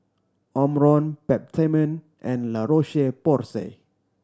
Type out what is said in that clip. Omron Peptamen and La Roche Porsay